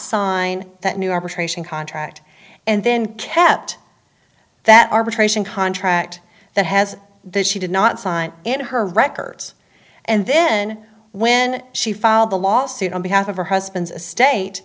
sign that new arbitration contract and then kept that arbitration contract that has this she did not sign in her records and then when she filed the lawsuit on behalf of her husband's estate